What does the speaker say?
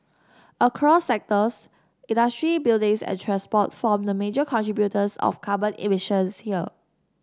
across sectors industry buildings and transport form the major contributors of carbon emissions here